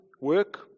work